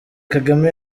kagame